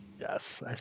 Yes